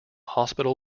hospital